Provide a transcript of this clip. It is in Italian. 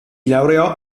laureò